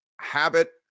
habit